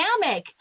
dynamic